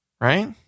Right